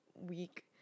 week